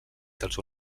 dels